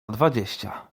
dwadzieścia